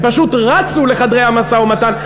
הם פשוט רצו לחדרי המשא-ומתן.